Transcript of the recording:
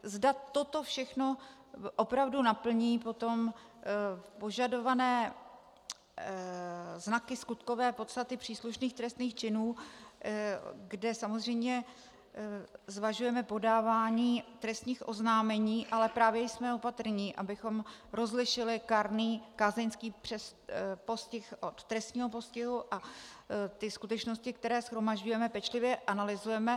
Zda toto všechno opravdu naplní potom požadované znaky skutkové podstaty příslušných trestných činů, kde samozřejmě zvažujeme podávání trestních oznámení, ale právě jsme opatrní, abychom rozlišili kárný kázeňský postih od trestního postihu, a ty skutečnosti, které shromažďujeme, pečlivě analyzujeme.